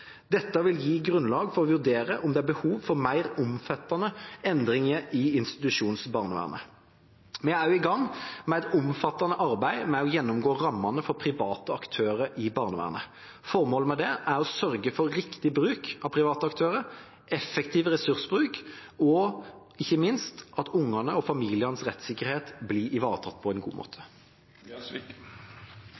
Dette vil gi grunnlag for å vurdere om det er behov for mer omfattende endringer i institusjonsbarnevernet. Vi er også i gang med et omfattende arbeid med å gjennomgå rammene for private aktører i barnevernet. Formålet med det er å sørge for riktig bruk av private aktører, effektiv ressursbruk og ikke minst at ungene og familienes rettsikkerhet blir ivaretatt på en god måte.